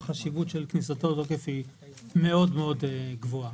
והחשיבות של כניסתו לתוקף היא מאוד מאוד גבוהה.